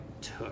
took